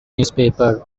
newspaper